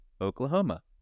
Oklahoma